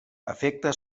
afecta